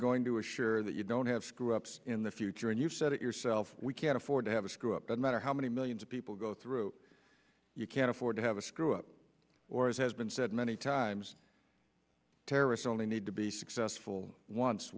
going to assure that you don't have screw ups in the future and you've said it yourself we can't afford to have a screw up that matter how many millions of people go through you can't afford to have a screw up or as has been said many times terrorists only need to be successful once